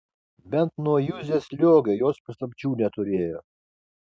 bent nuo juzės liogio jos paslapčių neturėjo